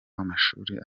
w’amashuri